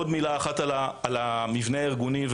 עוד מילה על המבנה הארגוני,